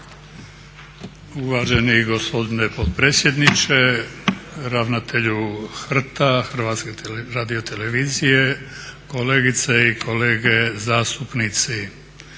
Uvaženi gospodine potpredsjedniče, ravnatelju HRT-a, kolegice i kolege zastupnici.